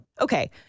Okay